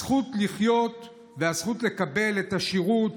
הזכות לחיות והזכות לקבל את השירות